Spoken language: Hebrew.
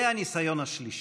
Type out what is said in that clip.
זה הניסיון השלישי.